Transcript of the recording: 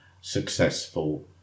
successful